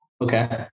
Okay